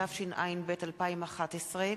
התשע"ב 2011,